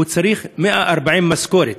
הוא צריך 140 משכורות.